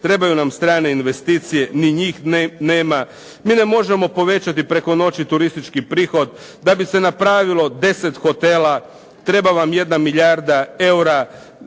trebaju nam strane investicije, ni njih nema. Mi ne možemo povećati preko noći turistički prihod. Da bi se napravilo 10 hotela treba vam jedna milijarda eura,